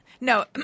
No